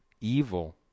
evil